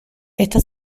está